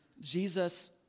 Jesus